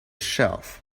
shelf